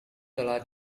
telah